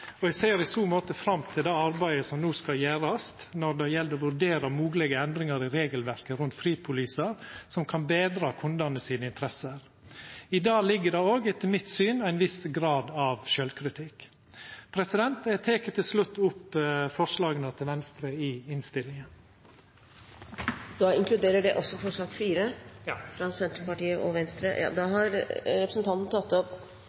Eg ser i så måte fram til det arbeidet som no skal gjerast når det gjeld å vurdera moglege endringar i regelverket rundt fripolisar som kan betra kundane sine interesser. I det ligg det òg, etter mitt syn, ein viss grad av sjølvkritikk. Eg tek til slutt opp forslaga frå Venstre i innstillinga. Da inkluderer det også forslag nr. 4, fra Senterpartiet og Venstre? Ja. Da har representanten Terje Breivik tatt opp